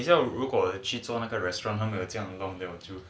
that's why 如果去做那个 restaurant 还没有讲用不了就